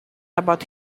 about